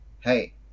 hey